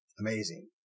amazing